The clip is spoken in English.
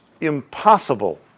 impossible